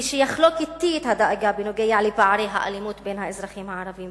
ויחלוק אתי את הדאגה בנוגע לפערי האלימות בין האזרחים הערבים